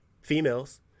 females